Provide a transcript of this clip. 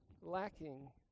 lacking